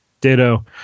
Ditto